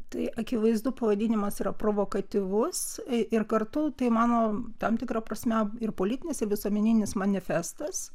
tai akivaizdu pavadinimas yra provokatyvus ir kartu mano tam tikra prasme ir politinis ir visuomeninis manifestas